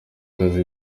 kazi